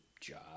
job